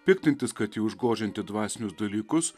piktintis kad ji užgožianti dvasinius dalykus